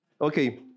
Okay